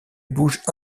bouge